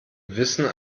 wissen